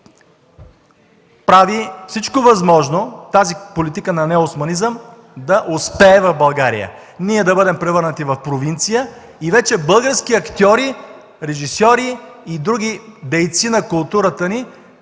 прави всичко възможно тази политика на неосманизъм да успее в България – ние да бъдем превърнати в провинция и вече български актьори, режисьори и други дейци на културата ни